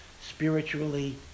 spiritually